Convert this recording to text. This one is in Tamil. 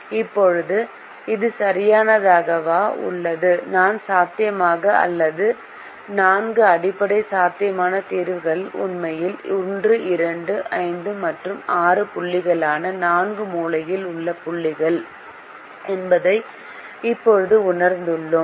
இப்போது இது சரியாகவே உள்ளது நான்கு சாத்தியமான அல்லது நான்கு அடிப்படை சாத்தியமான தீர்வுகள் உண்மையில் 1 2 5 மற்றும் 6 புள்ளிகளான நான்கு மூலையில் உள்ள புள்ளிகள் என்பதை இப்போது உணர்ந்துள்ளோம்